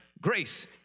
Grace